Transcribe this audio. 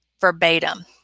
verbatim